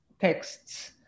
texts